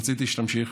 רציתי שתמשיך.